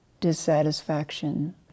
dissatisfaction